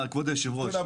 כבוד יושב הראש,